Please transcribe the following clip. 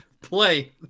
play